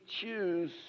choose